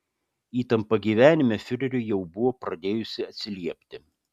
įtampa gyvenime fiureriui jau buvo pradėjusi atsiliepti